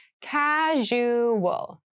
Casual